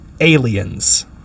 Aliens